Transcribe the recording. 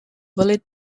bullet